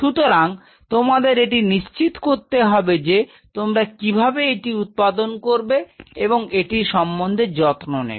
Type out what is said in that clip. সুতরাং তোমাদের এটি নিশ্চিত করতে হবে যে তোমরা কীভাবে এটি উৎপাদন করবে এবং এটি সম্বন্ধে যত্ন নেবে